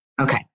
Okay